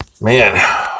man